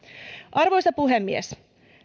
arvoisa puhemies